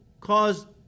caused